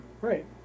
Right